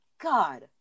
God